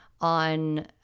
on